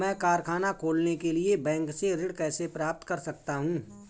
मैं कारखाना खोलने के लिए बैंक से ऋण कैसे प्राप्त कर सकता हूँ?